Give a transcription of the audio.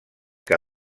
que